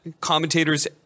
commentators